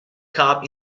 cup